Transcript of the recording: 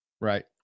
Right